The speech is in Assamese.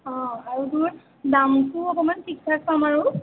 অঁ আৰু তোৰ দামটোও অকণমান ঠিক ঠাক পাম আৰু